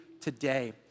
today